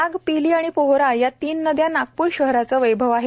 नाग पिली आणि पोहरा या तिन्ही नद्या नागपूर शहराचे वैभव आहे